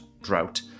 drought